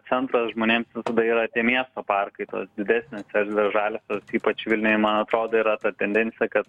centras žmonėms visada yra tie miesto parkai tos didesnės erdvės žalios ypač vilniuj man atrodo yra ta tendencija kad